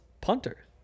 punter